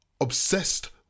obsessed